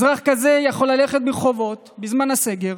אזרח כזה יכול ללכת ברחובות בזמן הסגר,